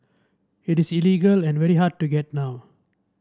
it is illegal and very hard to get now